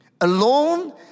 Alone